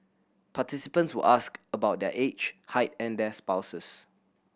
participants were asked about their age height and their spouses